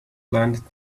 learned